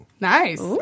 Nice